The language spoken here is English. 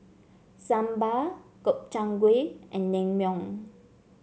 Sambar Gobchang Gui and Naengmyeon